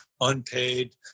unpaid